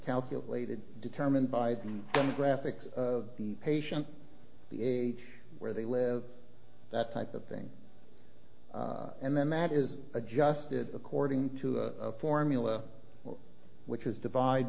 calculated determined by the demographics of the patient the a where they live that type of thing and then that is adjusted according to a formula which is divide